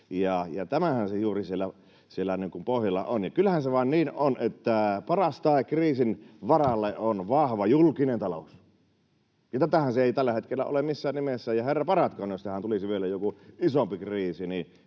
Tämänhän se juuri siellä pohjalla on. Kyllähän se vain niin on, että paras tae kriisin varalle on vahva julkinen talous. Tätähän se ei tällä hetkellä ole missään nimessä, ja herra paratkoon, jos tähän tulisi vielä joku isompi kriisi, niin